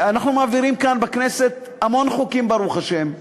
אנחנו מעבירים כאן בכנסת המון חוקים, ברוך השם.